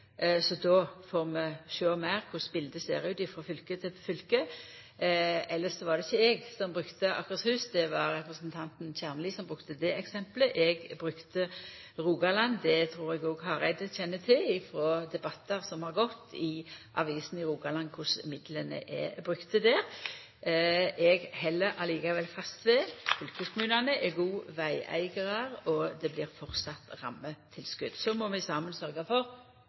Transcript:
så då får vi sjå meir korleis biletet ser ut frå fylke til fylke. Elles var det ikkje eg som brukte Akershus, det var representanten Kjernli som brukte det eksemplet. Eg brukte Rogaland, og eg trur òg Hareide kjenner til, frå debattar som har gått i avisene i Rogaland, korleis midlane er brukte der. Eg held likevel fast ved at fylkeskommunane er gode vegeigarar. Det blir framleis rammetilskot, og så må vi saman sørgja for